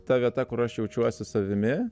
ta vieta kur aš jaučiuosi savimi